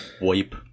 wipe